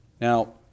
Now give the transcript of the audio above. Now